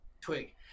twig